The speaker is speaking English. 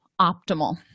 optimal